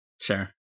Sure